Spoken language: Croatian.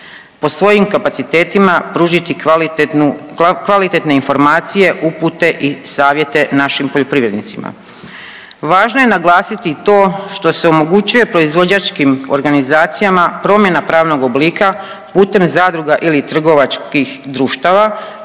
po svojim kapacitetima pružiti kvalitetnu, kvalitetne informacije, upute i savjete našim poljoprivrednicima. Važno je naglasiti i to što se omogućuje proizvođačkim organizacijama promjena pravnog oblika putem zadruga ili trgovačkih društava